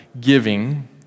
giving